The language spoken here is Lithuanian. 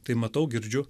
tai matau girdžiu